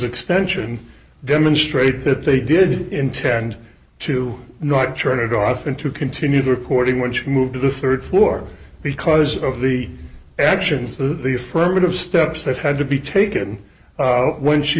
extension demonstrate that they did intend to not turn it off and to continue the reporting which moved to the rd floor because of the actions that the affirmative steps that had to be taken when she